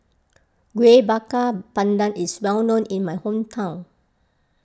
Kuih Bakar Pandan is well known in my hometown